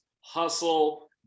hustle